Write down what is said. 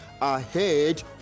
ahead